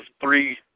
three